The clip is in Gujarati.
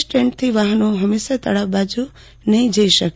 સ્ટેન્ડથી વાહનો હમીરસર તળાવ બાજુ નહી જઇ શકે